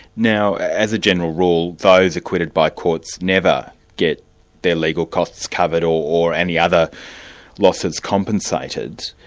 now as a general rule, those acquitted by courts never get their legal costs covered or or any other losses compensated.